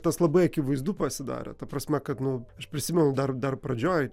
tas labai akivaizdu pasidarė ta prasme kad nu aš prisimenu dar dar pradžioj